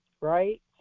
Right